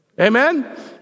Amen